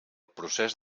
procés